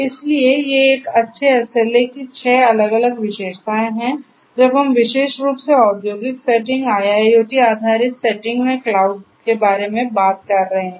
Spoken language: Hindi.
इसलिए ये एक अच्छे SLA की छह अलग अलग विशेषताएं हैं जब हम विशेष रूप से औद्योगिक सेटिंग IIoT आधारित सेटिंग में क्लाउड के बारे में बात कर रहे हैं